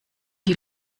die